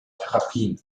therapien